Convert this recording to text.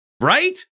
Right